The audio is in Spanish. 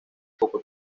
poco